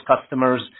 customers